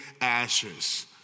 ashes